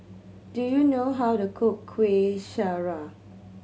do you know how to cook Kueh Syara